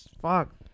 Fuck